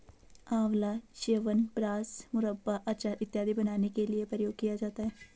आंवला च्यवनप्राश, मुरब्बा, अचार इत्यादि बनाने के लिए प्रयोग किया जाता है